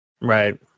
Right